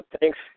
thanks